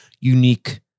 unique